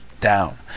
down